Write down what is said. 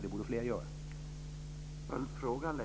Det borde fler göra.